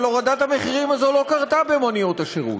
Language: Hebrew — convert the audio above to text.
אבל הורדת המחירים הזאת לא קרתה במוניות השירות.